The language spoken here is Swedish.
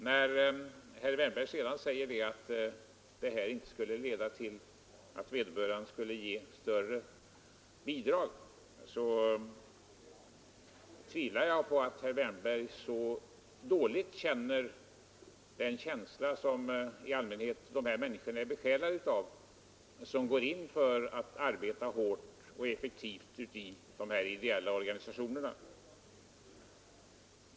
När herr Wärnberg sedan hävdar att ett avdrag av det här slaget inte skulle leda till att vederbörande ger större bidrag tvivlar jag på att herr Wärnberg har så dålig insikt om den känsla som besjälar de människor som går in för att arbeta hårt och effektivt i de här ideella organisationerna.